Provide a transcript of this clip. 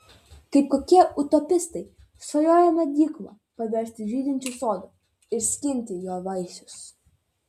kaip kokie utopistai svajojome dykumą paversti žydinčiu sodu ir skinti jo vaisius